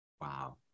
Wow